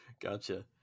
gotcha